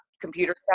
computer